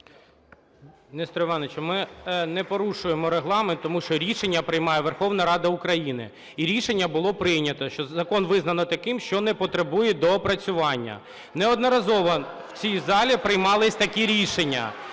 Несторе Івановичу, ми не порушуємо Регламент, тому що рішення приймає Верховна Рада України. І рішення було прийнято, що закон визнано таким, що не потребує доопрацювання. Неодноразово у цій залі приймались такі рішення.